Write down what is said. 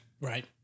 Right